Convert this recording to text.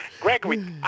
Gregory